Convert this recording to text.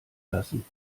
lassen